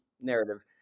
narrative